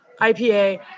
IPA